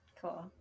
Cool